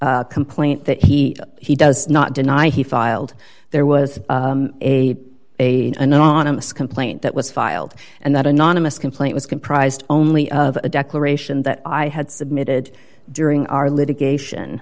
that complaint that he he does not deny he filed there was a a an anonymous complaint that was filed and that anonymous complaint was comprised only of a declaration that i had submitted during our litigation